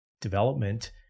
development